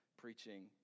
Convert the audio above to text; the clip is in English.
Preaching